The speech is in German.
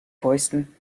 fäusten